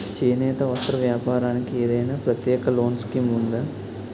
చేనేత వస్త్ర వ్యాపారానికి ఏదైనా ప్రత్యేక లోన్ స్కీం ఉందా?